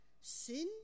sin